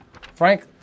frank